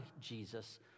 Jesus